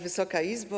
Wysoka Izbo!